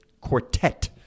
quartet